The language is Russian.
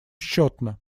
счетно